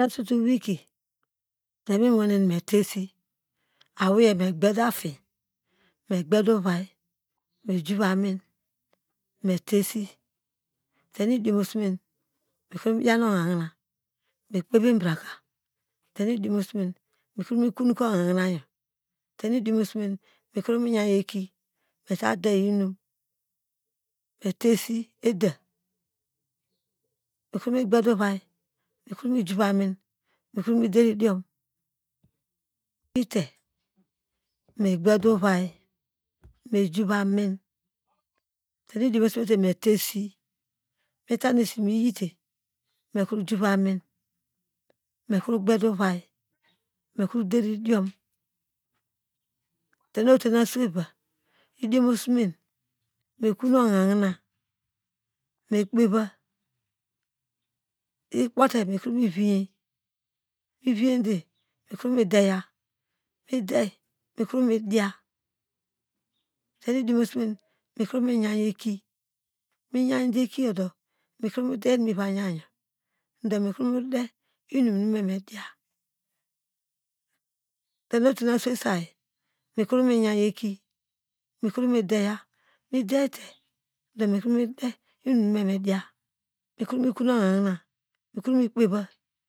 Uboyen ekein nu eni evame dero, eni mekotomamu idiom iholo okpeide moyen mu ivom aki oyode mu ivom aki do mu kpasimu igogo ukpesite mu igogo itowede mukimine kpeiya okpeide muyon ebir, ebirka uva mudera muyon isilebem mu yon ubowan uboyan ekein mudera ebir muva dera, oder vresete moyon iselebem muyon ubowan moyan ebir odamu dera odera mu diya uboyan ekein okpasite ituwa de mokpeya do mu dera mu yon ebir muyon ubuwan muyon esilebem do yawte isen yor uyonde uderedo ibite odamu diya oyo ubow yen ekein ubow yen ekein oyo obonu evamidera eni makpesi mu igogo ituwande mokpeya okpeide movonu ebir, mu vonu obowan isilebem mu vonu isen mova dera oyo ubow yen ekein eni edero inum otroke uboyen ekein utadete idiom yo uyite ovayite ohonu opkite okpei yonde moivom iki ukpasite